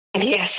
Yes